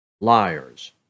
liars